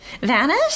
Vanish